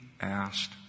asked